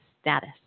status